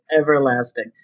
Everlasting